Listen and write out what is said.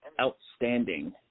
outstanding